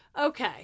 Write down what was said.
Okay